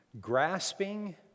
grasping